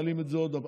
מעלים את זה עוד.